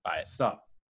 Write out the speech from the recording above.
stop